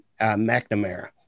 McNamara